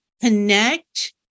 connect